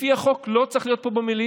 לפי החוק זה לא צריך להיות פה במליאה.